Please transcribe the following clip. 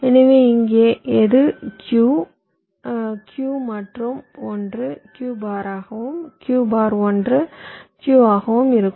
எனவே இங்கே எது Q Q மற்றும் 1 Q பாராகவும் Q பார் 1 Q ஆகவும் இருக்கும்